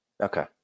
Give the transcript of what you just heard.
Okay